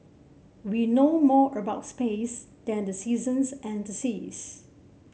we know more about space than the seasons and the seas